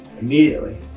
Immediately